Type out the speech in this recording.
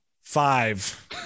Five